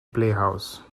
playhouse